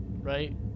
right